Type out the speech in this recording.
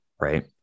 Right